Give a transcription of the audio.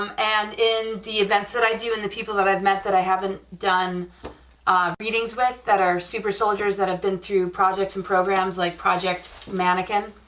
um and in the events that i do and the people that i've met that i haven't done readings with that are super soldiers that i've been through projects and programs, like project mannequin,